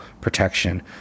protection